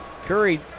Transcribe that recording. Curry